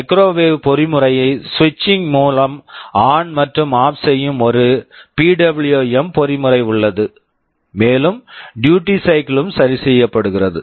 microwave microwave பொறிமுறையை ஸ்விட்சிங் switching மூலம் ஆன் ON மற்றும் ஆஃப் OFF செய்யும் ஒரு பிடபிள்யூஎம் PWM பொறிமுறை உள்ளது மேலும் டியூட்டி சைக்கிள் duty cycle -ம் சரி செய்யப்படுகிறது